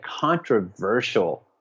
controversial